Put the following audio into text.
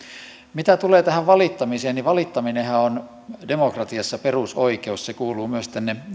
mitä tulee tähän valittamiseen niin valittaminenhan on demokratiassa perusoikeus se kuuluu myös tänne